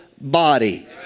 body